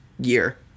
year